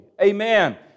Amen